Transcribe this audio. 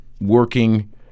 working